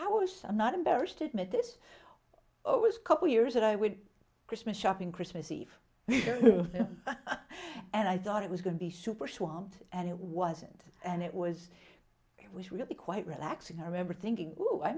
wish i'm not embarrassed to admit this it was couple years that i would christmas shopping christmas eve and i thought it was going to be super swamp and it wasn't and it was it was really quite relaxing i remember thinking